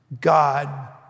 God